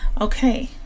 Okay